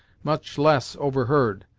much less overheard.